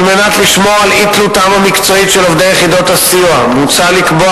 על מנת לשמור על אי-תלותם המקצועית של עובדי יחידות הסיוע מוצע לקבוע